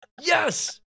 Yes